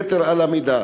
יתר על המידה.